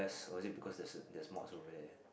or was it because there is a there's mock over there